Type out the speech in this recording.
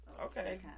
Okay